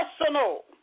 personal